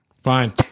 Fine